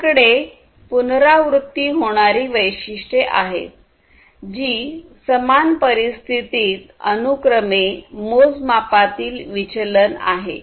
आपल्याकडे पुनरावृत्ती होणारी वैशिष्ट्ये आहेत जी समान परिस्थितीत अनुक्रमे मोजमापांमधील विचलन आहे